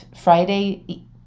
Friday